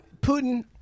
Putin